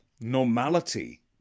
normality